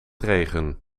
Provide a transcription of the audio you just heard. regen